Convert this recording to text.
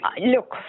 Look